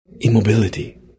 immobility